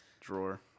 drawer